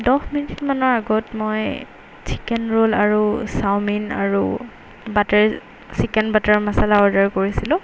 দহ মিনিটমানৰ আগত মই চিকেন ৰোল আৰু চাও মিন আৰু butter chicken butter masala order কৰিছিলোঁ